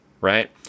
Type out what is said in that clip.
right